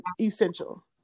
essential